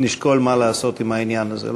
נשקול מה לעשות עם העניין הזה.